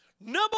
Number